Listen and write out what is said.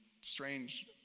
strange